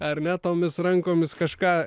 ar ne tomis rankomis kažką